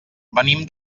venim